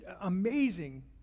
amazing